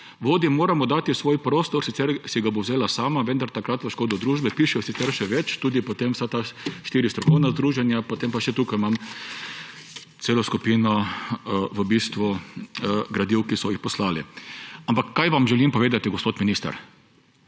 Vodi moramo dati svoj prostor, sicer si ga bo vzela sama, vendar takrat v škodo družbe…« Piše sicer še več, potem tudi vsa ta štiri strokovna združenja, potem pa imam še tukaj veliko gradiva, ki so ga poslali. Ampak kaj vam želim povedati, gospod minister?